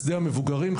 בשדה המבוגרים,